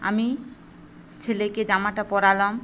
আমি ছেলেকে জামাটা পরালাম